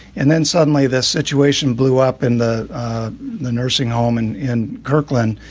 and then suddenly this situation blew up in the the nursing home and in kirkland.